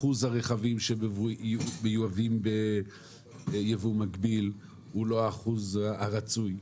אחוז הרכבים שמיובאים ביבוא מקביל הוא לא האחוז הרצוי,